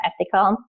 ethical